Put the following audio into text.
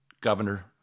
Governor